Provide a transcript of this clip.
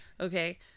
okay